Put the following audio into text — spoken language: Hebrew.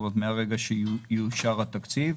מהרגע שיאושר התקציב.